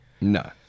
no